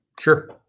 Sure